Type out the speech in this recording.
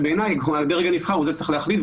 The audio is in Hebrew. שבעיניי הדרג הנבחר הוא זה שצריך להחליט,